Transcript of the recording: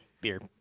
beer